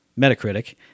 Metacritic